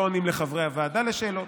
לא עונים לחברי הוועדה על שאלות.